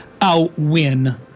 outwin